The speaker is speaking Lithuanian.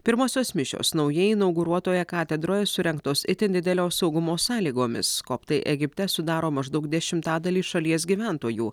pirmosios mišios naujai inauguruotoje katedroje surengtos itin didelio saugumo sąlygomis koptai egipte sudaro maždaug dešimtadalį šalies gyventojų